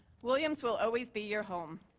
williams will always be your home.